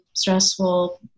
Stressful